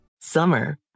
summer